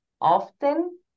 often